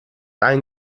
ein